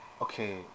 Okay